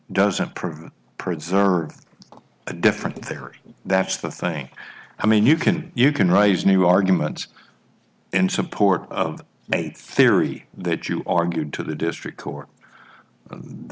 prove preserve a different theory that's the thing i mean you can you can raise new arguments in support of eight theory that you argued to the district court the